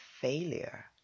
failure